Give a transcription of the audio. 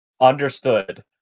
Understood